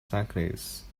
cyclists